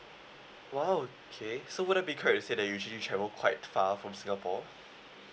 !wow! okay so would I be correct to say that you usually travel quite far from singapore